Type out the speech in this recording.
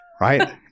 right